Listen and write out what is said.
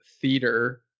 theater